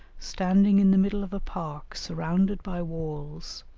standing in the middle of a park surrounded by walls,